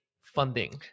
funding